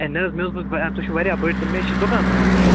ہے نہ حظ مےٚ حظ بوٗز تُہۍ چھو واریاہ بٔڑۍ تہٕ مےٚ حظ چھُ دُکان تراوُن حظ